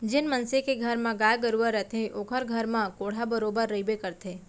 जेन मनसे के घर म गाय गरूवा रथे ओकर घर म कोंढ़ा बरोबर रइबे करथे